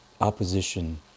opposition